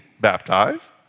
baptized